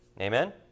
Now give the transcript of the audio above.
Amen